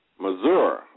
Missouri